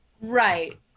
right